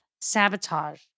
sabotage